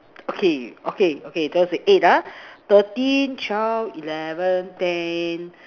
okay okay okay there was a eight ah thirteen twelve eleven ten